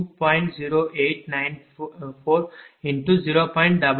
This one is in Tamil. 089840